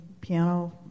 piano